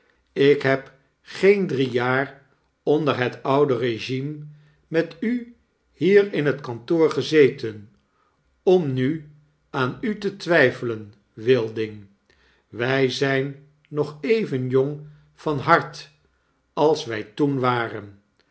ik heb geen drie jaar onder het oude regime metu hier in het kantoor gezeten om nu aan u te twyfelen wilding wrj zyn nog even jong van hart als wy toen waren